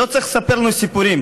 לא צריך לספר לנו סיפורים,